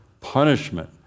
Punishment